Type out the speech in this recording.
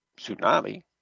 Tsunami